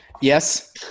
Yes